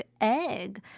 egg